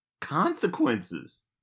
consequences